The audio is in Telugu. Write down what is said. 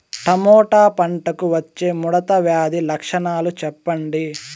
టమోటా పంటకు వచ్చే ముడత వ్యాధి లక్షణాలు చెప్పండి?